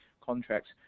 contracts